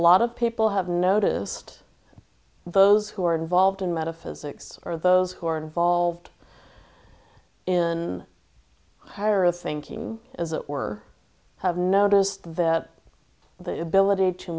lot of people have noticed those who are involved in metaphysics or those who are involved in higher thinking as it were have noticed that the ability to